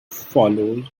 follows